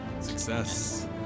Success